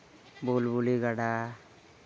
ᱵᱩᱞ ᱵᱩᱞᱤ ᱜᱟᱰᱟ